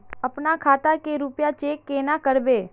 अपना खाता के रुपया चेक केना करबे?